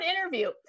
interview